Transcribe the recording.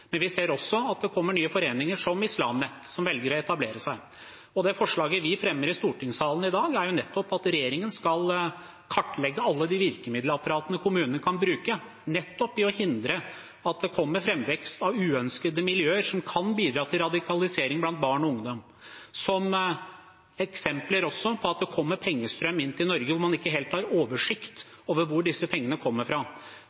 Vi ser også at det kommer nye foreninger, som Islam Net, som velger å etablere seg. Det forslaget vi fremmer i stortingssalen i dag, er jo nettopp at regjeringen skal kartlegge alle de virkemiddelapparatene kommunene kan bruke nettopp for å hindre framvekst av uønskede miljøer som kan bidra til radikalisering blant barn og ungdom, og også at det f.eks. kommer pengestrømmer inn til Norge, hvor man ikke helt har oversikt over hvor pengene kommer fra.